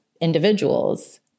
individuals